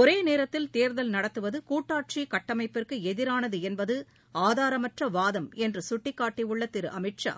ஒரேநேரத்தில் தேர்தல் நடத்துவதுகூட்டாட்சிகட்டமைப்புக்குஎதிரானதுஎன்பதுஆதாரமற்றவாதம் என்றுசுட்டிகாட்டியுள்ளதிரு அமித் ஷா